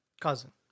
Cousin